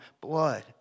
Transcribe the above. blood